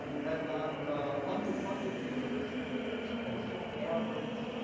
had not underfunded the university with two percent average